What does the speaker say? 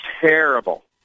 terrible